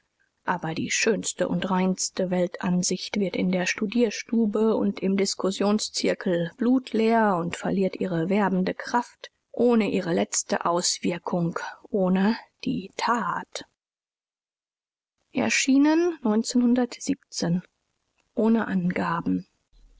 aber die schönste u reinste weltanschauung wird in der studierstube u im diskussionszirkel blutleer u verliert ihre werbende kraft ohne ihre letzte auswirkung ohne die tat oan